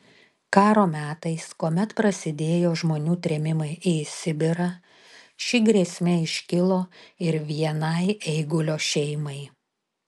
karo metais kuomet prasidėjo žmonių trėmimai į sibirą ši grėsmė iškilo ir vienai eigulio šeimai